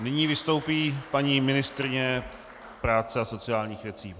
Nyní vystoupí paní ministryně práce a sociálních věcí.